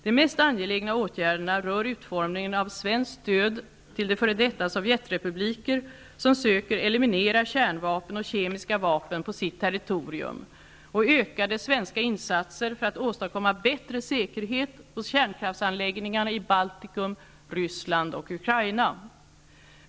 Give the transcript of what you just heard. De mest angelägna åtgärderna rör utformningen av svenskt stöd till de f.d. sovjetrepubliker som söker eliminera kärnvapen och kemiska vapen på sitt territorium och ökade svenska insatser för att åstadkomma bättre säkerhet hos kärnkraftsanläggningarna i Baltikum, Ryssland och Ukraina.